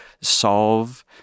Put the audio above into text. solve